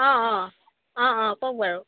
অঁ অঁ অঁ অঁ কওক বাৰু